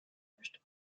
möchte